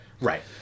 Right